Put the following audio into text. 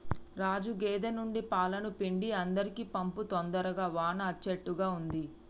రాజు గేదె నుండి పాలను పిండి అందరికీ పంపు తొందరగా వాన అచ్చేట్టుగా ఉంది